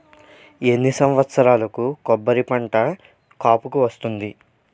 ఎన్ని సంవత్సరాలకు కొబ్బరి పంట కాపుకి వస్తుంది?